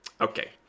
okay